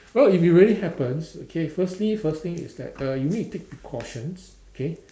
oh if it really happens okay firstly first thing is that uh you need to take precautions okay